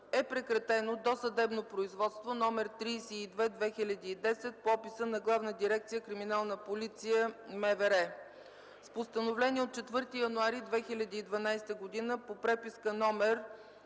е прекратено досъдебното производство № 32/2010 г. по описа на Главна дирекция „Криминална полиция” – МВР. С Постановление от 4 януари 2012 г. по преписка №